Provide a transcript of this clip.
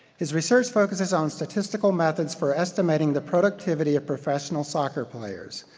his research focuses on statistical methods for estimating the productivity of professional soccer players.